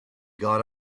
got